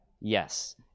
Yes